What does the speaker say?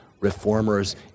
reformers